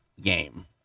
game